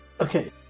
okay